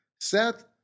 Seth